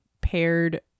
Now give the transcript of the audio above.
paired